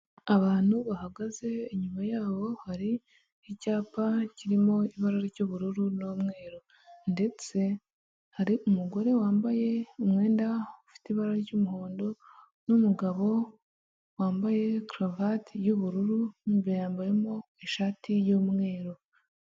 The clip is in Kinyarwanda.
Abantu bahagaze inyuma yabo hari icyapa kirimo ibara ry'ubururu n'umweru, ndetse hari umugore wambaye umwenda ufite ibara ry'umuhondo n'umugabo wambaye karuvati y'ubururu mo imbere yambayemo ishati y'umweru.